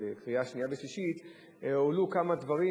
בקריאה שנייה וקריאה שלישית הועלו כמה דברים